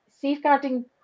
safeguarding